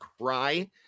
cry